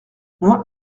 moi